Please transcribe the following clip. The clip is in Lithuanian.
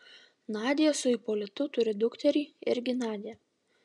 nadia su ipolitu turi dukterį irgi nadią